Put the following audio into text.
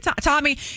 Tommy